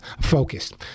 focused